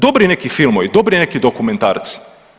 Dobri neki filmovi, dobri neki dokumentarci.